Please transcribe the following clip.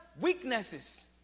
weaknesses